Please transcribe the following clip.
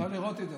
אפשר לראות את זה.